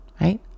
right